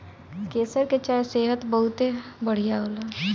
केसर के चाय सेहत खातिर बहुते बढ़िया होला